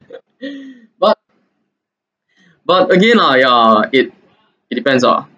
but but again lah yeah it it depends lah